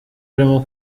harimo